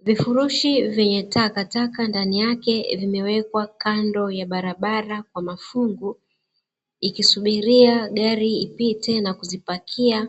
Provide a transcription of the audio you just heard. Vifurushi vyenye takataka ndani yake vimewekwa kando ya barabara kwa mafungu, vikisubiria gari ipite na kuzipakia